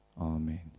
Amen